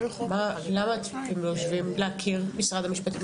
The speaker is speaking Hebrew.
למה אתם לא יושבים להכיר, משרד המשפטים?